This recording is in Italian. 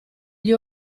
gli